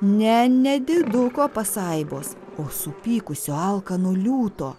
ne nediduko pasaibos o supykusio alkano liūto